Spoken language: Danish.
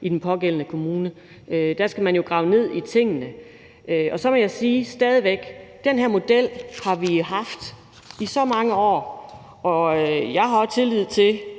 i den pågældende kommune. Der skal man jo grave ned i tingene. Og så vil jeg stadig væk sige, at den her model har vi haft i så mange år, og jeg har tillid til,